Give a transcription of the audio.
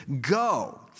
go